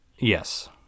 Yes